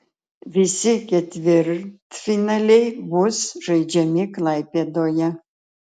visi ketvirtfinaliai bus žaidžiami klaipėdoje